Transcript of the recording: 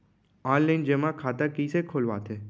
Online जेमा खाता कइसे खोलवाथे?